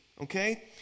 Okay